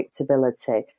predictability